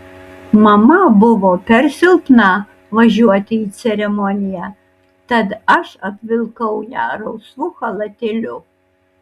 mama buvo per silpna važiuoti į ceremoniją tad aš apvilkau ją rausvu chalatėliu